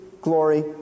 glory